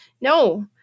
No